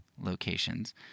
locations